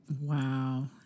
Wow